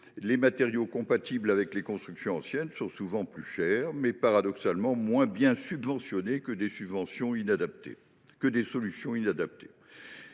Les matériaux compatibles avec les constructions anciennes sont souvent plus chers, mais, paradoxalement, moins bien subventionnés que des solutions inadaptées.